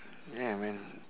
ya man